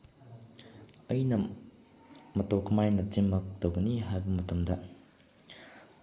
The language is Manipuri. ꯑꯩꯅ ꯃꯇꯧ ꯀꯃꯥꯏꯅ ꯇꯤꯝ ꯋꯥꯔꯛ ꯇꯧꯒꯅꯤ ꯍꯥꯏꯕ ꯃꯇꯝꯗ